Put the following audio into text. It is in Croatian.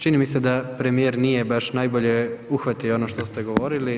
Čini mi se da premijer nije baš najbolje uhvatio ono što ste govorili.